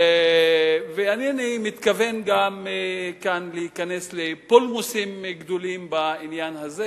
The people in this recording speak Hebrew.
אינני מתכוון כאן גם להיכנס לפולמוסים גדולים בעניין הזה.